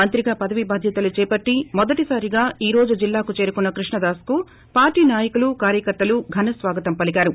మంత్రిగా పదవీ బాధ్యతలు చేపట్లి మొదటి సారిగా ఈ రోజు జిల్లాకు చేరుకున్న కృషాదాస్ కు పార్టీ నాయకులు కార్యకర్తలు ఘన స్వాగతం పలికారు